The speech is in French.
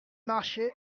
marcher